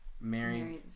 mary